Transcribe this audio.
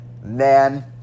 man